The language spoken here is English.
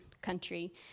country